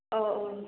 औ औ